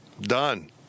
Done